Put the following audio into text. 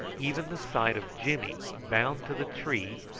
even the sight of jimmy bound to the tree,